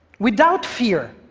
without fear,